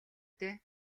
дээ